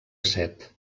set